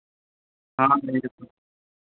हाँ लेंगे तो